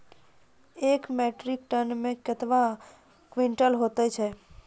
एक metric ton मे कतवा क्वींटल हैत छै?